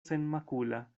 senmakula